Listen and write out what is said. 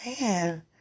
man